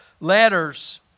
letters